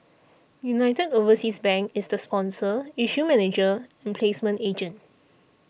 United Overseas Bank is the sponsor issue manager and placement agent